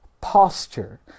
posture